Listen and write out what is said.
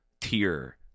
tier